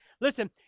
listen